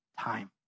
time